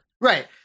Right